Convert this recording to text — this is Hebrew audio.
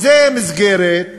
זו מסגרת,